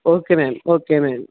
okay madam okay madam